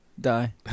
die